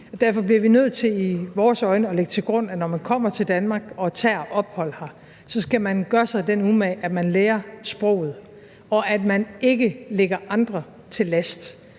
derfor bliver vi nødt til i vores øjne at lægge til grund, at når man kommer til Danmark og tager ophold her, så skal man gøre sig den umage, at man lærer sproget, og at man ikke ligger andre til last.